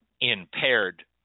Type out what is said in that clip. impaired